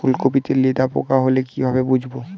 ফুলকপিতে লেদা পোকা হলে কি ভাবে বুঝবো?